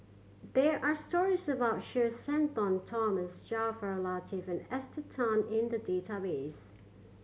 there are stories about Sir Shenton Thomas Jaafar Latiff and Esther Tan in the database